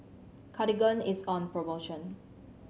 Cartigain is on promotion